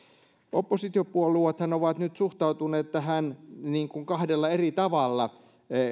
oppositiopuolueethan ovat nyt suhtautuneet tähän kahdella eri tavalla